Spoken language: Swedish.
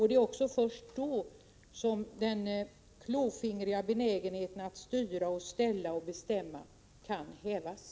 Det är också först då som den klåfingriga benägenheten att styra och ställa kan hävas.